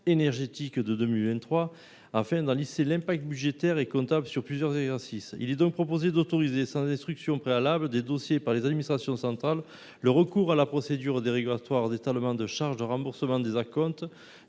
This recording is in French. énergétique, afin d’en lisser l’impact budgétaire et comptable sur plusieurs exercices. Il est donc proposé d’autoriser, sans instruction préalable des dossiers par les administrations centrales, le recours à la procédure dérogatoire d’étalement des charges pour le remboursement des acomptes